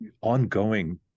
ongoing